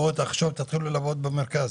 "בואו עכשיו תתחילו לעבוד במרכז".